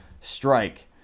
strike